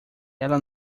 ela